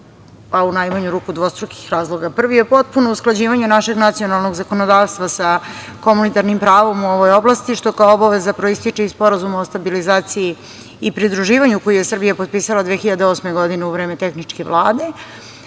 pa, u najmanju ruku, dvostrukih razloga. Prvi je potpuno usklađivanje našeg nacionalnog zakonodavstva sa komunitarnim pravom u ovoj oblasti, što kao obaveza proističe iz Sporazuma o stabilizaciji i pridruživanju koji je Srbija potpisala 2008. godine u vreme tehničke Vlade,